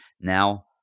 now